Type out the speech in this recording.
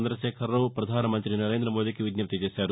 చంద్రశేఖరరావు ప్రధాన మంతి నరేంద్ర మోదీకి విజ్ఞప్తి చేశారు